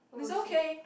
is okay